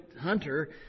hunter